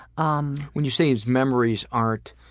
um when you say his memories aren't.